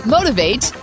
Motivate